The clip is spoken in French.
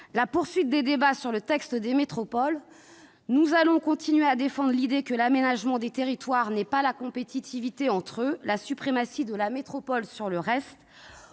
la poursuite des débats sur le texte des métropoles. Nous allons continuer à défendre l'idée que l'aménagement des territoires n'est pas la compétitivité entre eux, la suprématie de la métropole sur le reste.